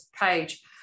page